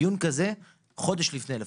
דיון כזה חודש לפני לפחות.